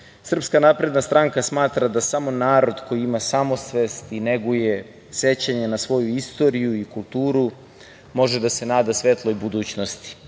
napredna stranka smatra da samo narod koji ima samosvest i neguje sećanje na svoju istoriju i kulturu može da se nada svetloj budućnosti.Za